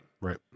right